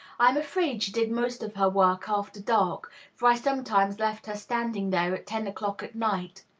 i am afraid she did most of her work after dark for i sometimes left her standing there at ten o'clock at night.